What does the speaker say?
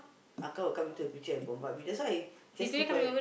will come into the picture and bombard me that's why I just keep quiet